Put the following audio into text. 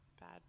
bad